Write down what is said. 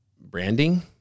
branding